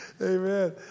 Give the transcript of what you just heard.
Amen